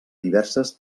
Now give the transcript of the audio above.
diverses